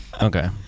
Okay